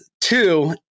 two